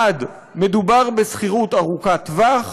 1. מדובר בשכירות ארוכת טווח,